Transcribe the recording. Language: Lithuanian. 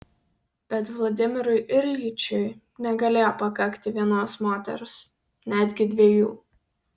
bet vladimirui iljičiui negalėjo pakakti vienos moters netgi dviejų